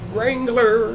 Wrangler